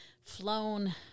Flown